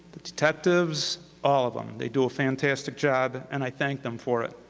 the detectives, all of them, they do a fantastic job, and i thank them for it.